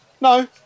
No